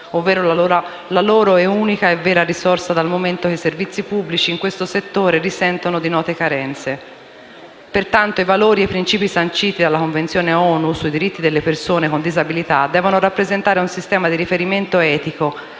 ovvero la loro unica e vera risorsa dal momento che i servizi pubblici in questo settore risentono di note carenze. Pertanto, i valori e i principi sanciti dalla Convenzione ONU sui diritti delle persone con disabilità devono rappresentare un sistema di riferimento etico